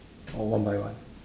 or one by one